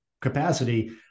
capacity